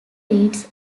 reads